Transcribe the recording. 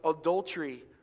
adultery